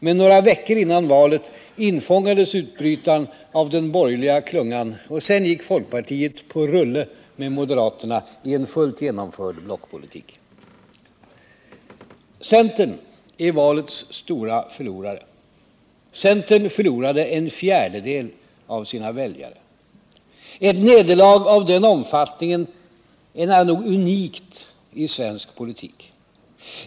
Men några veckor före valet infångades utbrytaren av den borgerliga klungan, och sedan gick folkpartiet på rulle med moderaterna i en fullt genomförd blockpolitik. Centern är valets stora förlorare. Centern förlorade en fjärdedel av sina väljare. Ett nederlag av den omfattningen är nära nog unikt i svensk politik.